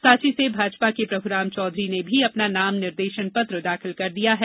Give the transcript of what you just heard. सांची से भाजपा के प्रभूराम चौधरी ने भी अपना नाम निर्देशन पत्र दाखिल कर दिया है